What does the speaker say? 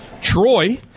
Troy